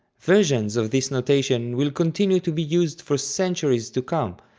versions of this notation will continue to be used for centuries to come,